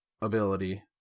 ability